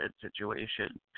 situation